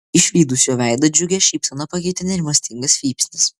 išvydus jo veidą džiugią šypseną pakeitė nerimastingas vypsnis